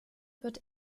wird